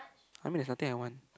I mean there's nothing I want